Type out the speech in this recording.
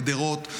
בגדרות,